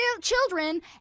children